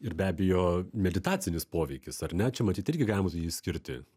ir be abejo meditacinis poveikis ar ne čia matyt irgi galima jį išskirti